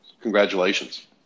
congratulations